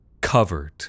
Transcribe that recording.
Covered